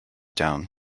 down